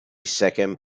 second